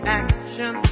action